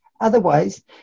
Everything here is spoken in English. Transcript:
Otherwise